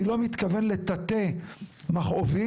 אני לא מתכוון לטאטא מכאובים,